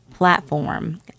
platform